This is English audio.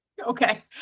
okay